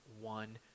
one